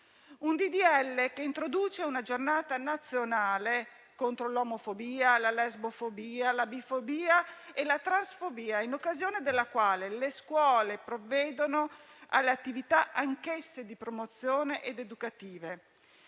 legge che introduce una Giornata nazionale contro l'omofobia, la lesbofobia, la bifobia e la transfobia, in occasione della quale le scuole provvedono alle attività, anch'esse di promozione ed educative.